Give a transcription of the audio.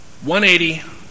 180